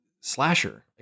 slasher